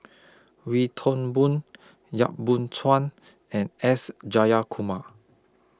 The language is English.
Wee Toon Boon Yap Boon Chuan and S Jayakumar